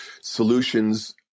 solutions